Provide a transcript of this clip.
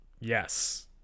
Yes